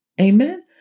Amen